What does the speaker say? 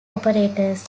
operators